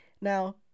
Now